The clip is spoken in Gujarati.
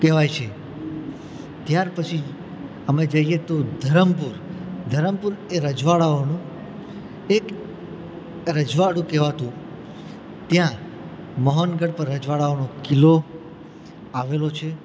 કહેવાય છે ત્યાર પછી અમે જઈએ તો ધરમપુર ધરમપુર એ રજવાડાઓનું એક રજવાડું કહેવાતું ત્યાં મોહનગઢ પર રજવાડાઓનો કિલ્લો આવેલો છે